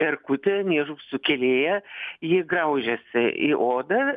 erkutė niežų sukėlėja ji graužiasi į odą